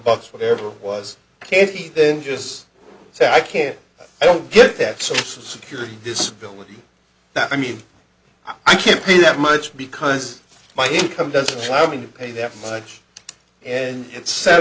bucks whatever was ok if he then just say i care i don't get that social security disability that i mean i can't be that much because my income doesn't allow me to pay that much and it's set